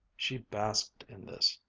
she basked in this.